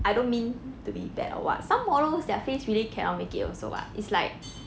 I don't mean to be bad or what some models their face really cannot make it also [what] it's like